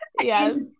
Yes